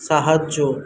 সাহায্য